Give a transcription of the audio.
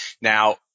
Now